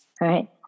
right